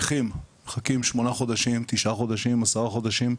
נכים מחכים שמונה חודשים, תשעה, עשרה חודשים,